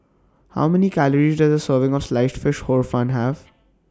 How Many Calories Does A Serving of Sliced Fish Hor Fun Have